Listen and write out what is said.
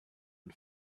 and